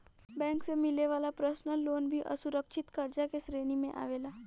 bank से मिले वाला पर्सनल लोन भी असुरक्षित कर्जा के श्रेणी में आवेला